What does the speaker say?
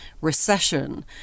recession